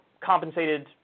compensated